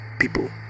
people